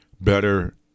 better